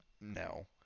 No